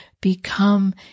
become